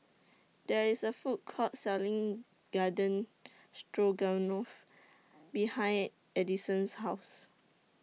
There IS A Food Court Selling Garden Stroganoff behind Adison's House